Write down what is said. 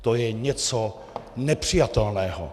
To je něco nepřijatelného!